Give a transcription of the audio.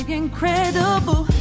incredible